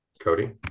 Cody